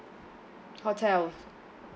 hotel